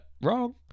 wrong